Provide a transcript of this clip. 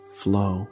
flow